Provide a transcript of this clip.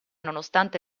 nonostante